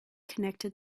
connected